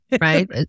Right